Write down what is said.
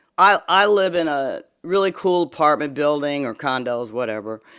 i i live in a really cool apartment building or condos, whatever.